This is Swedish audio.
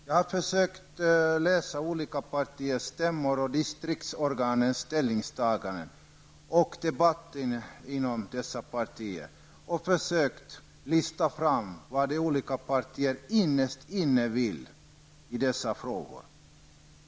Jag har försökt att läsa hur olika partistämmor och distriktsorgan tagit ställning och jag har försökt lista ut vad de olika partierna innerst inne vill i dessa frågor.